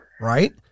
right